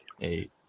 eight